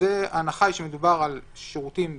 ההנחה היא שמדובר בשירותים בסיסיים.